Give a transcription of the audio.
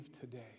today